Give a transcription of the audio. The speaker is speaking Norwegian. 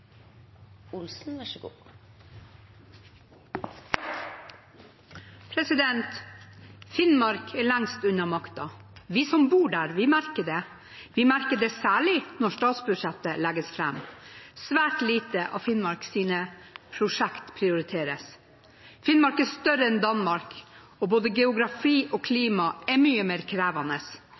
lengst unna makten. Vi som bor der, merker det. Vi merker det særlig når statsbudsjettet legges fram. Svært lite av Finnmarks prosjekter prioriteres. Finnmark er større enn Danmark, og både geografi og klima er